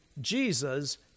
Jesus